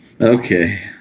Okay